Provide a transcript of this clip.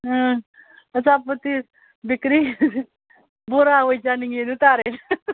ꯑꯥ ꯑꯆꯥꯄꯣꯠꯇꯤ ꯕꯦꯀꯔꯤ ꯕꯣꯔꯥ ꯑꯣꯏ ꯆꯥꯅꯤꯡꯏ ꯍꯥꯏꯗꯨ ꯇꯥꯔꯦ